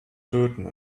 töten